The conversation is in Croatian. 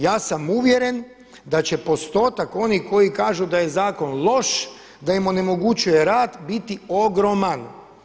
Ja sam uvjeren da će postotak onih koji kažu da je zakon loš, da im onemogućuje rad biti ogroman.